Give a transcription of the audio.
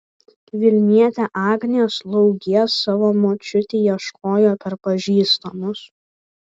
vilnietė agnė slaugės savo močiutei ieškojo per pažįstamus